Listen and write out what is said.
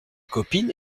copine